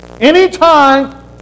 Anytime